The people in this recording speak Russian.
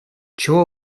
чего